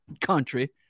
country